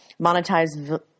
Monetize